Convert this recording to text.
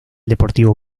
deportivo